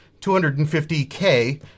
250K